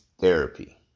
therapy